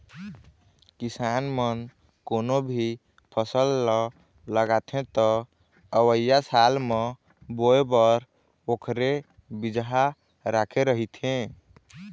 किसान मन कोनो भी फसल ल लगाथे त अवइया साल म बोए बर ओखरे बिजहा राखे रहिथे